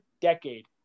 decade